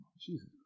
Jesus